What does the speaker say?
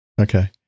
Okay